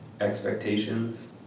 expectations